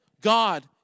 God